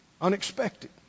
unexpected